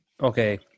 okay